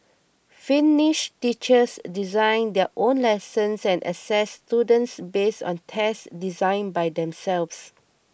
finnish teachers design their own lessons and assess students based on tests designed by themselves